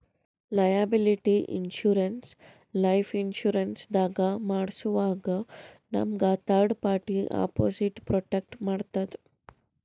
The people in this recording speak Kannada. ಲಯಾಬಿಲಿಟಿ ಇನ್ಶೂರೆನ್ಸ್ ಲೈಫ್ ಇನ್ಶೂರೆನ್ಸ್ ದಾಗ್ ಮಾಡ್ಸೋವಾಗ್ ನಮ್ಗ್ ಥರ್ಡ್ ಪಾರ್ಟಿ ಅಪೊಸಿಟ್ ಪ್ರೊಟೆಕ್ಟ್ ಮಾಡ್ತದ್